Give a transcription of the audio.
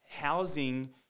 housing